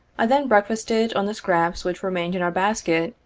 i then breakfasted on the scraps which remained in our basket,